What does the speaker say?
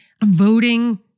voting